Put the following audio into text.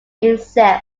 itself